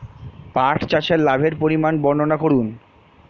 পাঠ চাষের লাভের পরিমান বর্ননা করুন?